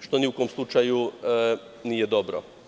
što ni u kom slučaju nije dobro.